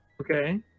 Okay